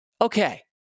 okay